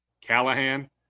Callahan